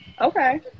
Okay